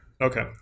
Okay